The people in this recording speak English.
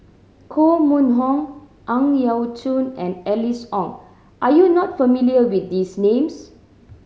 Koh Mun Hong Ang Yau Choon and Alice Ong are you not familiar with these names